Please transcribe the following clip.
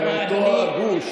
או אותו הגוש,